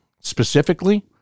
specifically